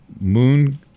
Moon